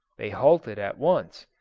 they halted at once,